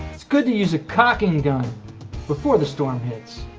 it's good to use a caulking gun before the storm hits.